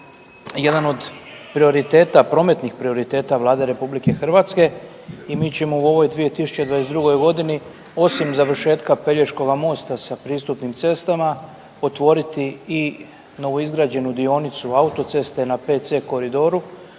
jedan od prioriteta, prometnih prioriteta Vlade RH i mi ćemo u ovoj 2022. godinu osim završetka Pelješkoga mosta sa pristupnim cestama otvoriti i novoizgrađenu dionicu autoceste na 5C koridoru